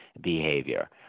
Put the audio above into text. behavior